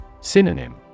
Synonym